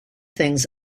things